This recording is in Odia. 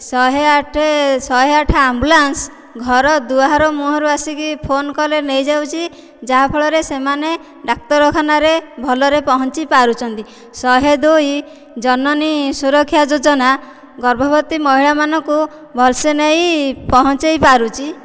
ଶହେ ଆଠ ଶହେ ଆଠ ଆମ୍ବୁଲାନ୍ସ ଘର ଦୁଆର ମୁହଁରୁ ଆସିକି ଫୋନ୍ କଲେ ନେଇ ଯାଉଛି ଯାହା ଫଳରେ ସେମାନେ ଡାକ୍ତରଖାନାରେ ଭଲରେ ପହଞ୍ଚିପାରୁଛନ୍ତି ଶହେ ଦୁଇ ଜନନୀ ସୁରକ୍ଷା ଯୋଜନା ଗର୍ଭବତୀ ମହିଳାମାନଙ୍କୁ ଭଲସେ ନେଇ ପହଞ୍ଚାଇପାରୁଛି